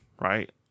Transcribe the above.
right